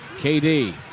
KD